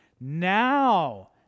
now